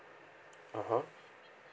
(uh huh)